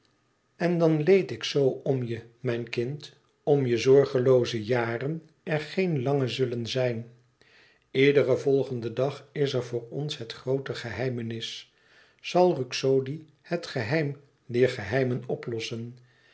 en dan leed ik zoo om je mijn kind omdat je zorgelooze jaren er geene lange zullen zijn iedere volgende dag is voor ons het groote geheimenis zal ruxodi het geheim dier geheimen oplossen